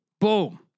Boom